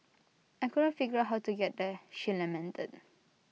I couldn't figure out how to get there she lamented